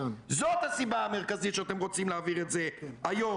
זאת הסיבה המרכזית שאתם רוצים להעביר את זה היום.